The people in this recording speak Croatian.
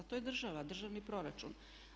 To je država, državni proračun.